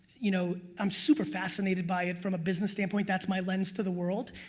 you know i'm super fascinated by it from a business standpoint. that's my lens to the world.